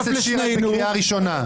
חברת הכנסת שיר, את בקריאה ראשונה.